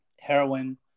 heroin